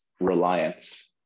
reliance